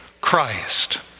Christ